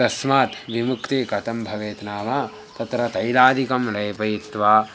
तस्मात् विमुक्ति कथं भवेत् नाम तत्र तैलादिकं लेपयित्वा